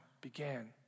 began